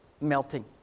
melting